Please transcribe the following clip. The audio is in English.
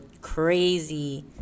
crazy